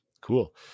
Cool